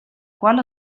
qual